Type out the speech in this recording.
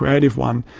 creative one,